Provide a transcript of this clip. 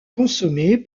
consommé